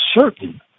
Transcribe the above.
certain